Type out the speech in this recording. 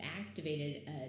activated